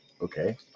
Okay